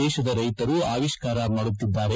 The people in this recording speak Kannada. ದೇಶದ ರೈತರು ಆವಿಷ್ಕಾರ ಮಾಡುತ್ತಿದ್ದಾರೆ